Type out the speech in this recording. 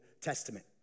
Testament